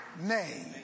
name